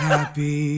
Happy